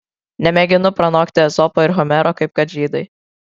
nemėginu pranokti ezopo ir homero kaip kad žydai